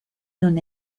non